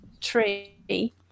tree